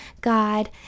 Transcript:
God